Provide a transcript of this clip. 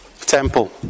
temple